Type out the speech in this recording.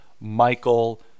Michael